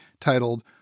titled